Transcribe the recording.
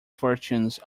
fortunes